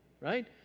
right